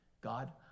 God